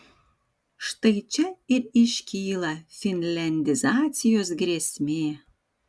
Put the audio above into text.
štai čia ir iškyla finliandizacijos grėsmė